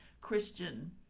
Christian